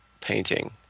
painting